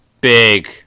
big